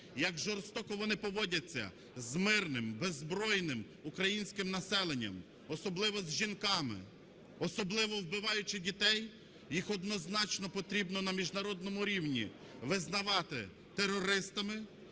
як жорстоко вони поводяться з мирним, беззбройним українським населенням, особливо з жінками, особливо вбиваючи дітей. Їх однозначно потрібно на міжнародному рівні визнавати терористами